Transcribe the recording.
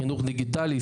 חינוך דיגיטלי,